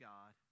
God